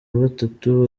batatu